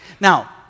Now